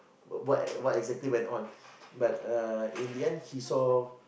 what what exactly went on but uh in the end he saw